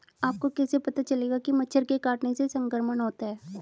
आपको कैसे पता चलेगा कि मच्छर के काटने से संक्रमण होता है?